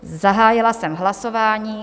Zahájila jsem hlasování.